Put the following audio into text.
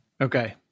Okay